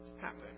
happen